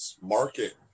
market